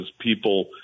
people